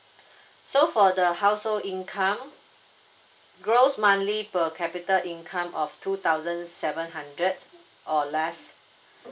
so for the household income gross monthly per capita income of two thousand seven hundred or less